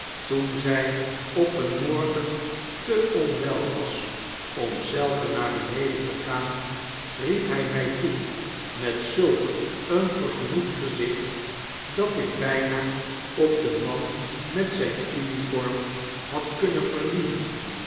toen zij op een morgen te onwel was om zelve naar beneden te gaan riep hij mij toe met zulk een vergenoegd gezicht dat ik bijna op den man met zijne uniform had kunnen verlieven